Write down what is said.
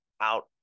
out